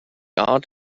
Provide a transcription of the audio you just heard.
art